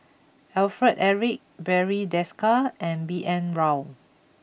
Alfred Eric Barry Desker and B N Rao